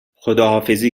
خداحافظی